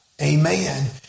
Amen